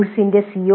കോഴ്സിന്റെ സി